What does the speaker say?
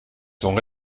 sont